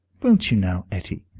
won't you now, etty?